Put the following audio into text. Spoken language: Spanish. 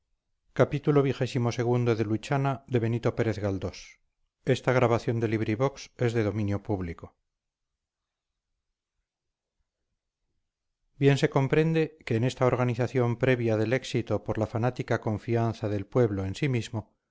por crear bien se comprende que en esta organización previa del éxito por la fanática confianza del pueblo en sí mismo